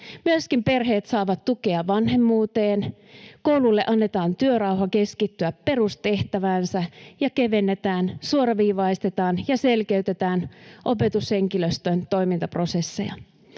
Myöskin perheet saavat tukea vanhemmuuteen, koululle annetaan työrauha keskittyä perustehtäväänsä ja kevennetään, suoraviivaistetaan ja selkeytetään opetushenkilöstön toimintaprosesseja.